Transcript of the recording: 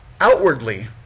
Outwardly